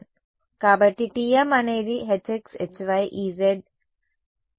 కాబట్టి TM అనేది H x Hy Ez అది నా TM సరే